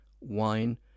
wine